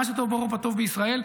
מה שטוב באירופה טוב בישראל.